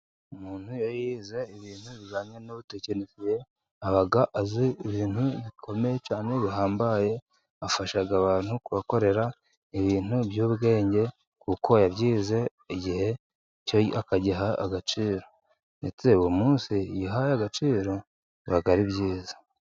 Umuntu iyo yize ibintu bijyanye n'ubutekenisiye, aba azi ibintu bikomeye cyane bihambaye, afasha abantu kubakorera ibintu by'ubwenge, kuko yabyize igihe cye akagiha agaciro, ndetse uwo munsi yihaye agaciro biba ari byiza.